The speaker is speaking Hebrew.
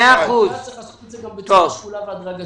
צריך לעשות את זה בצורה שקולה והדרגתית.